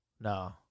No